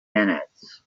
minutes